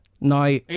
Now